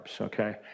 okay